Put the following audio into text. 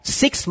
six